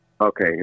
okay